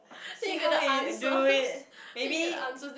see how he do it maybe